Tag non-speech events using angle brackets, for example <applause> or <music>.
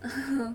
<laughs>